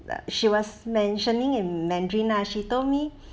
she was mentioning in mandarin lah she told me